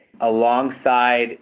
alongside